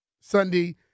Sunday